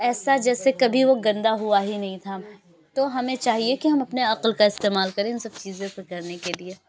ایسا جیسے کبھی وہ گندہ ہوا ہی نہیں تھا تو ہمیں چاہیے کہ ہم اپنے عقل کا استعمال کریں ان سب چیزوں کو کرنے کے لیے